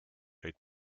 eight